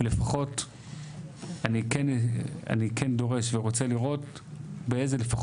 לפחות אני כן דורש ורוצה לראות באיזה לפחות